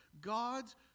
God's